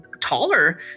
taller